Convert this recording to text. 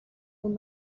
were